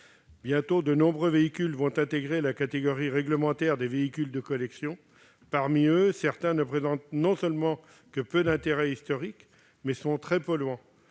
Bientôt, de nombreux véhicules vont entrer dans la catégorie réglementaire des véhicules de collection. Parmi eux, certains ne présentent que peu d'intérêt historique et sont, de surcroît, très polluants-